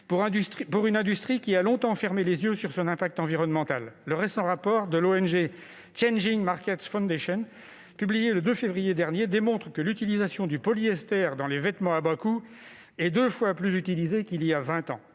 pour une industrie qui a longtemps fermé les yeux sur son impact environnemental. Le rapport de l'ONG Changing Markets Foundation publié le 2 février dernier démontre que l'utilisation du polyester dans les vêtements à bas coût a doublé en vingt ans.